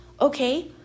Okay